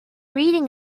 reading